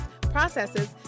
processes